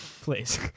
please